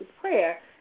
prayer